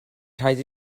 rhaid